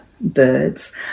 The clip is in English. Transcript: Birds